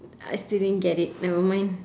I still didn't get it nevermind